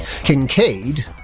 Kincaid